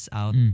out